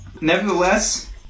Nevertheless